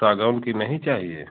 सागौन की नहीं चाहिए